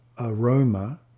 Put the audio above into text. aroma